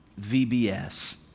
VBS